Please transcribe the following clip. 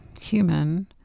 human